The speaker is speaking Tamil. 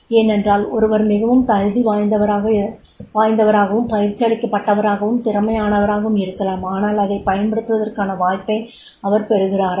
ஏனென்றால் ஒருவர் மிகவும் தகுதி வாய்ந்தவராகவும் பயிற்சியளிக்கப்பட்டவராகவும் திறமையானவராகவும் இருக்கலாம் ஆனால் அதைப் பயன்படுத்துவதற்கான வாய்ப்பை அவர் பெறுகிறாரா